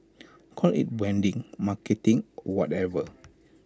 call IT branding marketing or whatever